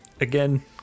again